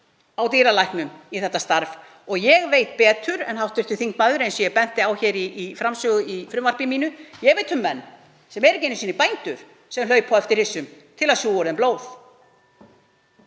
á dýralæknum í þetta starf og ég veit betur en hv. þingmaður, eins og ég benti á í framsögu með frumvarpi mínu. Ég veit um menn sem eru ekki einu sinni bændur sem hlaupa á eftir hryssum til þess að sjúga úr þeim blóð.